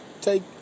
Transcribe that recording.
take